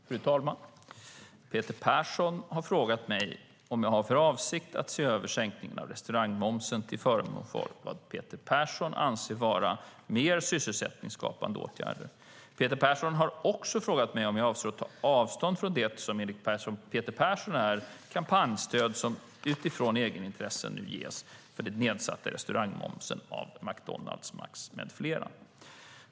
Fru talman! Peter Persson har frågat mig om jag har för avsikt att se över sänkningen av restaurangmomsen till förmån för, vad Peter Persson anser vara, mer sysselsättningsskapande åtgärder. Peter Persson har också frågat mig om jag avser att ta avstånd från det, som enligt Peter Persson är, kampanjstöd som utifrån egenintressen nu ges för den nedsatta restaurangmomsen av McDonalds, Max med flera.